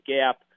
gap